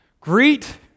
Greet